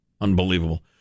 unbelievable